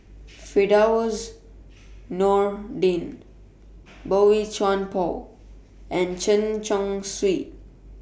Firdaus Nordin Boey Chuan Poh and Chen Chong Swee